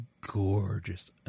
gorgeous